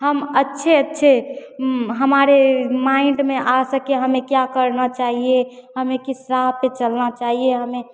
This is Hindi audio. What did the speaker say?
हम अच्छे अच्छे हमारे माइन्ड में आ सके हमें क्या करना चाहिए हमें किस राह पर चलना चाहिए हमें